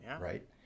right